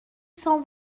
cent